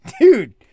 Dude